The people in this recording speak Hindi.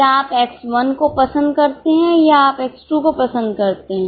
क्या आप X 1 को पसंद करते हैं या आप X 2 को पसंद करते हैं